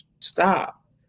stop